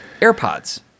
AirPods